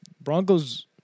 Broncos